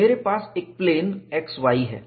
मेरे पास एक प्लेन XY है